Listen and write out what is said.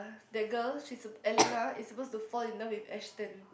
uh the girl she's a Elena is supposed to fall in love with Ashton